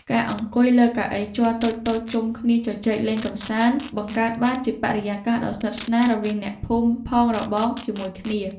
ការអង្គុយលើកៅអីជ័រតូចៗជុំគ្នាជជែកលេងកម្សាន្តបង្កើតបានជាបរិយាកាសដ៏ស្និទ្ធស្នាលរវាងអ្នកភូមិផងរបងជាមួយគ្នា។